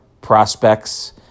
prospects